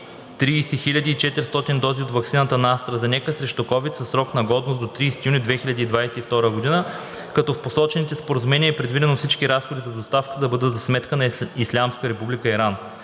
и 400 дози от ваксината на АстраЗенека срещу COVID-19 със срок на годност до 30 юни 2022 г., като в посочените споразумения е предвидено всички разходи за доставката да бъдат за сметка на Ислямска република